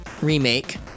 remake